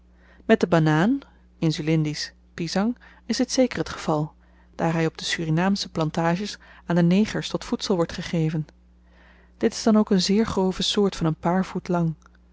met den banaan insulindisch pisang is dit zeker t geval daar hy op de surinaamsche plantages aan de negers tot voedsel wordt gegeven dit is dan ook n zeer grove soort van n paar voet lang